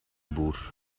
boer